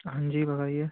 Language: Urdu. ہاں جی بتائیے